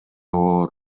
оор